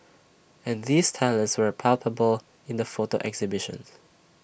and these talents were palpable in the photo exhibitions